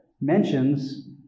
mentions